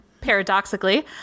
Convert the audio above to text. paradoxically